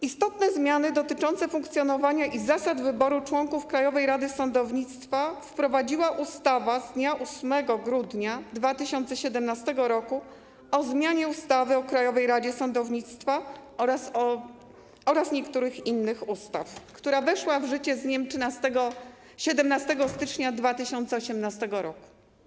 Istotne zmiany dotyczące funkcjonowania i zasad wyboru członków Krajowej Rady Sądownictwa wprowadziła ustawa z dnia 8 grudnia 2017 r. o zmianie ustawy o Krajowej Radzie Sądownictwa oraz niektórych innych ustaw, która weszła w życie z dniem 17 stycznia 2018 r.